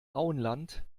auenland